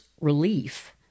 relief